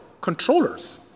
controllers